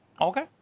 Okay